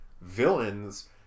villains